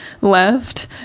left